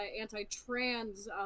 anti-trans